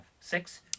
Six